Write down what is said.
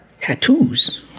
Tattoos